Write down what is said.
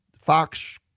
Fox